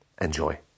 Enjoy